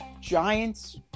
Giants